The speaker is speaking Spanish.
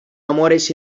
amores